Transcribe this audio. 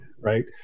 right